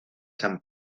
san